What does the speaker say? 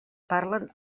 parlen